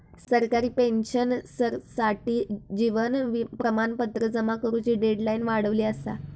सरकारी पेंशनर्ससाठी जीवन प्रमाणपत्र जमा करुची डेडलाईन वाढवली असा